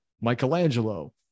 Michelangelo